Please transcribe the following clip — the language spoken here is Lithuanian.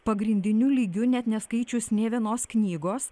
pagrindiniu lygiu net neskaičius nė vienos knygos